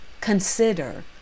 consider